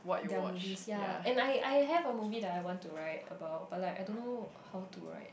their movies yea and I I have a movie that I want to write about but like I don't know how to write